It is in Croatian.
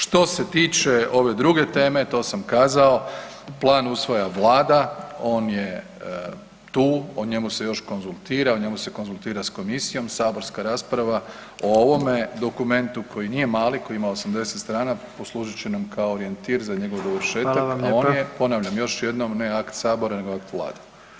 Što se tiče ove druge teme, to sam kazao, Plan usvaja Vlada, on je tu, o njemu se još konzultira, o njemu se konzultira s komisijom, saborska rasprava o ovome dokumentu koji nije mali, koji ima 80 strana, poslužit će nam kao orijentir za njegov dovršetak, a on je [[Upadica: Hvala vam lijepa.]] ponavljam još jednom, ne akt Sabora, nego akt Vlade.